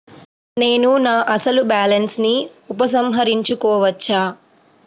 నేను నా అసలు బాలన్స్ ని ఉపసంహరించుకోవచ్చా?